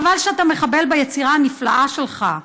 חבל שאתה מחבל ביצירה הנפלאה שלך.